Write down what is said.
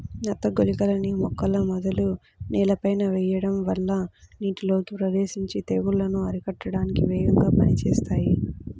నత్త గుళికలని మొక్కల మొదలు నేలపైన వెయ్యడం వల్ల నీటిలోకి ప్రవేశించి తెగుల్లను అరికట్టడానికి వేగంగా పనిజేత్తాయి